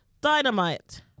Dynamite